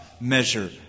measure